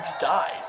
dies